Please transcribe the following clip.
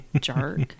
Jerk